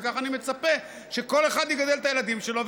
וכך אני מצפה שכל אחד יגדל את הילדים שלו,